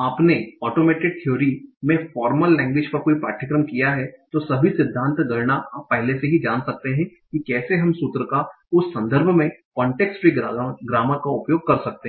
आपने automated theory में formal language पर कोई पाठ्यक्रम लिया है तो सभी सिद्धांत गणना आप पहले से ही जान सकते हैं कि कैसे हम सूत्र का उस संदर्भ में कांटेक्स्ट फ्री ग्रामर का उपयोग कर सकते हैं